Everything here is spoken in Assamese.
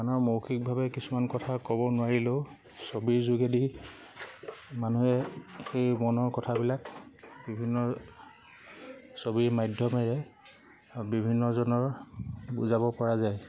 মানৰ মৌখিকভাৱে কিছুমান কথা ক'ব নোৱাৰিলেও ছবিৰ যোগেদি মানুহে সেই মনৰ কথাবিলাক বিভিন্ন ছবিৰ মাধ্যমেৰে বিভিন্নজনৰ বুজাব পৰা যায়